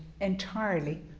entirely